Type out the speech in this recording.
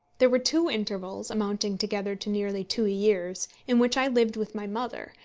there were two intervals, amounting together to nearly two years, in which i lived with my mother,